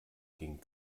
ging